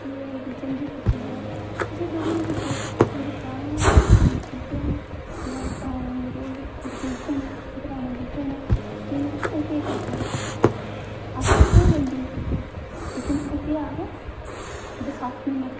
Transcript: इ'यां जेहड़ी जनवरी फरबरी ऐ इसी डोगरी च जेहड़े पराने बुड्डे न जां जेह्ड़े पराने बजुर्ग न पराने बुड्ढे न ते ओह् केह् करदे न अस आखने आं जनवरी फरबरी लेकिन ओह् केह् आखदे बसाख म्हीना